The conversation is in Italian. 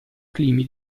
climi